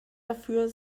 dafür